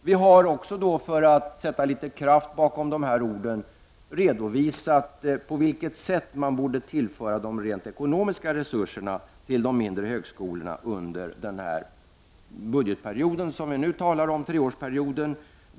Vi har också, för att sätta litet kraft bakom dessa ord, redovisat på vilket sätt man borde tillföra de rent ekonomiska resurserna till de mindre högsko lorna under den budgetperiod som vi nu talar om, alltså treårsperioden.